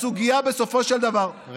הסוגיה בסופו של דבר, מיקי, מאיפה?